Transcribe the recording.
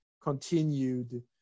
continued